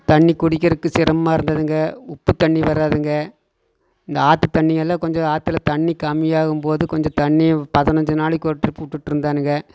தண்ணி குடிக்கிறதுக்கு சிரமமாக இருந்ததுங்க உப்பு தண்ணி வராதுங்க இந்த ஆற்று தண்ணியெல்லாம் கொஞ்சம் ஆற்றுல தண்ணி கம்மியாகும் போது கொஞ்சம் தண்ணி பதினஞ்சு நாளைக்கு ஒரு ட்ரிப்பு விட்டுட்டு இருந்தானுங்க